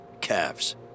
calves